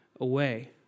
away